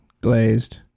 glazed